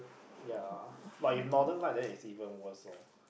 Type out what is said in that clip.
ya but if northern lights then it even worse lor